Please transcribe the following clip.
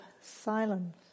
silence